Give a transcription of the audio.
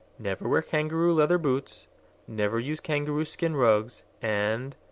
never wear kangaroo leather boots never use kangaroo skin rugs, and,